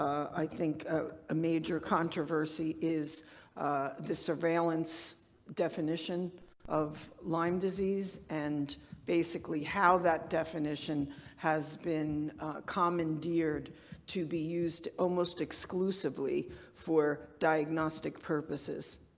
i think a major controversy is the surveillance definition of lyme disease and basically how that definition has been commandeered to be used almost exclusively for diagnostic purposes.